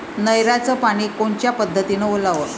नयराचं पानी कोनच्या पद्धतीनं ओलाव?